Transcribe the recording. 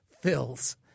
fills